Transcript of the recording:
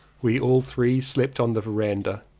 we all three slept on the verandah.